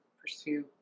pursue